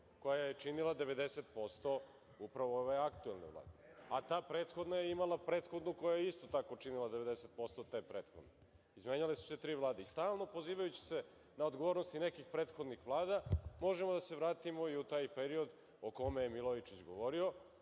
koja je činila 90% upravo ove aktuelne Vlade, a ta prethodna je imala prethodnu koja je isto tako činila 90% te prethodne. Izmenjale su se tri vlade. Stalno pozivajući se na odgovornost nekih prethodnih vlada možemo da se vratimo i u taj period o kome je Milojičić govorio,